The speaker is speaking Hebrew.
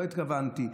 לא התכוונתי.